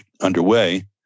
underway